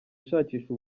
ishakisha